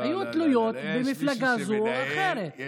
היו תלויות במפלגה זו או אחרת.